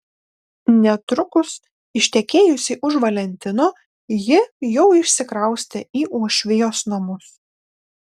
netrukus ištekėjusi už valentino ji jau išsikraustė į uošvijos namus